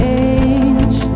Change